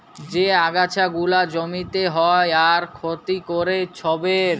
যে আগাছা গুলা জমিতে হ্যয় আর ক্ষতি ক্যরে ছবের